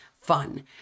fun